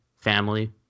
family